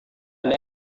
ada